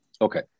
Okay